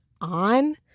on